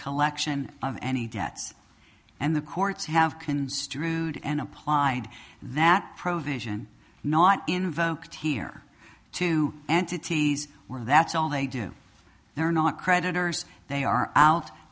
collection of any debts and the courts have construed and applied that provision not invoked here to entities where that's all they do they're not creditors they are out